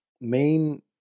main